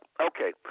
okay